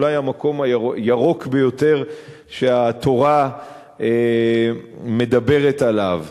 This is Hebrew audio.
אולי המקום הירוק ביותר שהתורה מדברת עליו.